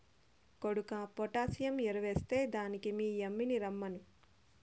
కొడుకా పొటాసియం ఎరువెస్తే దానికి మీ యమ్మిని రమ్మను